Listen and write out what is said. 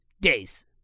Days